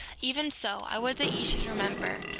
even so i would that ye should remember,